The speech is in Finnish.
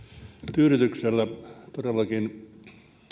tyydytyksellä todellakin